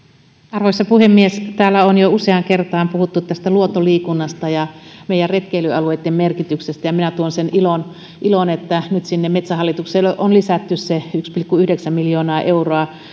arvoisa puhemies täällä on jo useaan kertaan puhuttu luontoliikunnasta ja meidän retkeilyalueittemme merkityksestä ja minä tuon sen ilon ilon että nyt metsähallitukselle on lisätty se yksi pilkku yhdeksän miljoonaa euroa